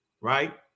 right